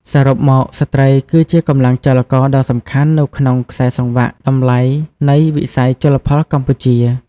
សរុបមក ស្ត្រីគឺជាកម្លាំងចលករដ៏សំខាន់នៅក្នុងខ្សែសង្វាក់តម្លៃនៃវិស័យជលផលកម្ពុជា។